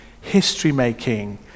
history-making